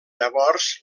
llavors